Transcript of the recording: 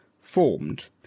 formed